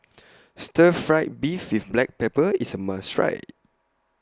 Stir Fried Beef with Black Pepper IS A must Try